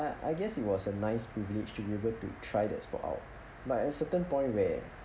ah I guess it was a nice privilege to be able to try that sport out but at certain point where